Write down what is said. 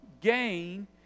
gain